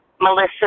Melissa